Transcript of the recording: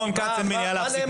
רון כץ, אין מניעה להעסיק?